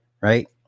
Right